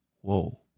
Whoa